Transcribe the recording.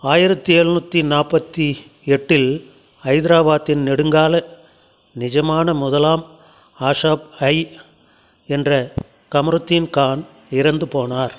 ஆயிரத்து ஏழுநூற்றி நாற்பத்தி எட்டில் ஹைதராபாத்தின் நெடுங்கால நிஜமான முதலாம் ஆஷாப் ஐ என்ற கமருத்தீன் கான் இறந்துபோனார்